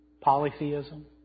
polytheism